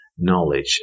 knowledge